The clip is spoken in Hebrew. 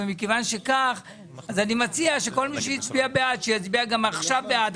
לכן אני מציע שכל מי שהצביע בעד יצביע גם עכשיו בעד.